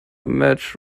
match